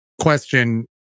question